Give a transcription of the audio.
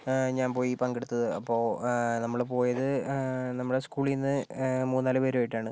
ഞാൻ പോയി പങ്കെടുത്തത് അപ്പോൾ നമ്മൾ പോയത് നമ്മളെ സ്കൂളിൽ നിന്ന് മൂന്നാല് പേരുമായിട്ടാണ്